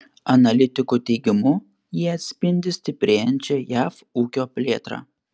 analitikų teigimu jie atspindi stiprėjančią jav ūkio plėtrą